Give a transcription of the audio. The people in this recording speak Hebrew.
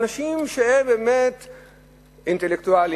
אנשים שהם באמת אינטלקטואלים,